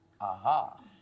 Aha